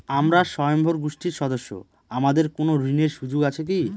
আমরা স্বয়ম্ভর গোষ্ঠীর সদস্য আমাদের কোন ঋণের সুযোগ আছে কি?